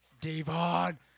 Devon